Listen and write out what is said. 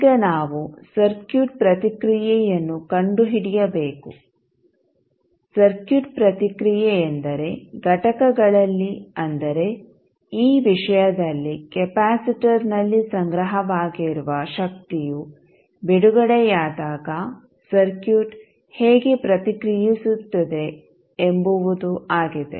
ಈಗ ನಾವು ಸರ್ಕ್ಯೂಟ್ ಪ್ರತಿಕ್ರಿಯೆಯನ್ನು ಕಂಡುಹಿಡಿಯಬೇಕು ಸರ್ಕ್ಯೂಟ್ ಪ್ರತಿಕ್ರಿಯೆ ಎಂದರೆ ಘಟಕಗಳಲ್ಲಿ ಅಂದರೆ ಈ ವಿಷಯದಲ್ಲಿ ಕೆಪಾಸಿಟರ್ನಲ್ಲಿ ಸಂಗ್ರಹವಾಗಿರುವ ಶಕ್ತಿಯು ಬಿಡುಗಡೆಯಾದಾಗ ಸರ್ಕ್ಯೂಟ್ ಹೇಗೆ ಪ್ರತಿಕ್ರಿಯಿಸುತ್ತದೆ ಎಂಬುವುದು ಆಗಿದೆ